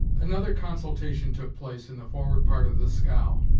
another consultation took place in the forward part of the scow,